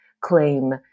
claim